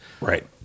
right